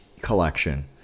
collection